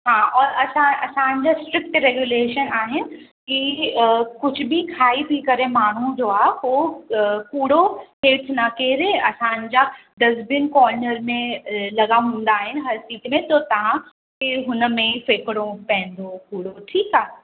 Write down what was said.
हा और असां असांजे शिफ़्ट रेग्यूलेशन आहिनि की कुझु बि खाई पी करे माण्हू जो आहे हो कूड़ो हेठि न केरे असांजा डस्टबिन कॉर्नर में लॻा हूंदा आहिनि हर सीट में त तव्हांखे हुनमें फ़ेकणो पवंदो कूड़ो ठीकु आहे